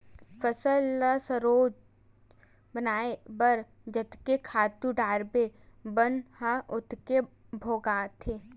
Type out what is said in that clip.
फसल ल सजोर बनाए बर जतके खातू डारबे बन ह ओतके भोगाथे